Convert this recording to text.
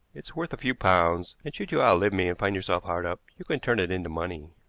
it's worth a few pounds, and should you outlive me and find yourself hard up, you can turn it into money.